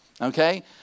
Okay